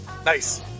Nice